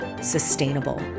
sustainable